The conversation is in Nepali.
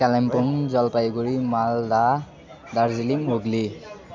कालिम्पोङ जलपाइगढी मालदा दार्जिलिङ हुगली